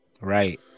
right